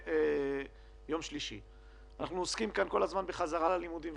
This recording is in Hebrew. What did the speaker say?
אנחנו עוסקים כאן כל הזמן בחזרה ללימודים,